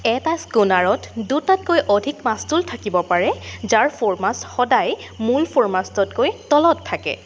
এটা স্কুনাৰত দুটাতকৈ অধিক মাস্তুল থাকিব পাৰে যাৰ ফ'ৰমাষ্ট সদায় মূল ফ'ৰমাষ্টতকৈ তলত থাকে